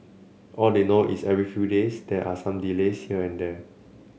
all they know is every few days there are some delays here and there